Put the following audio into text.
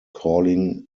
calling